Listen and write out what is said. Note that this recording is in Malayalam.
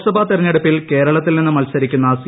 ലോക്സഭാ തെരഞ്ഞെടുപ്പിൽ കേരളത്തിൽ നിന്ന് മത്സരിക്കുന്ന സി